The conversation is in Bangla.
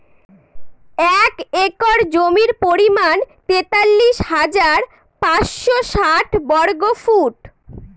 এক একর জমির পরিমাণ তেতাল্লিশ হাজার পাঁচশ ষাট বর্গফুট